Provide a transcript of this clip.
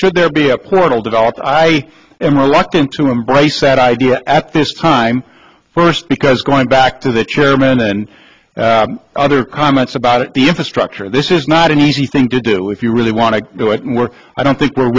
should there be a portal develops i am reluctant to embrace that idea at this time first because going back to the chairman and other comments about the infrastructure this is not an easy thing to do if you really want to do it i don't think we're